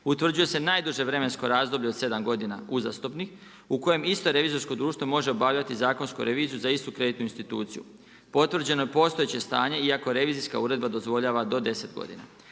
utvrđuje se najduže vremensko razdoblje od 7 godina uzastopnih u kojem isto revizijsko društvo može obavljati zakonsku reviziju za istu kreditnu instituciju. Potvrđeno je postojeće stanje iako revizijska uredba dozvoljava do 10 godina.